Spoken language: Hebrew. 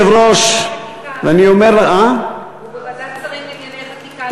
הוא בוועדת שרים לענייני חקיקה.